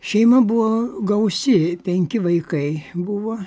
šeima buvo gausi penki vaikai buvo